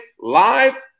live